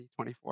2024